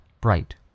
bright